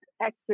Extra